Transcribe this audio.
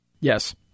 Yes